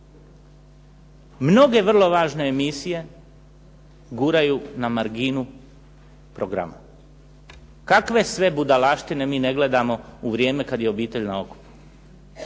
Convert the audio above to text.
mnoge vrlo važne emisije guraju na marginu programa. Kakve sve budalaštine mi ne gledamo u vrijeme kad je obitelj na okupu,